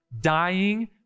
dying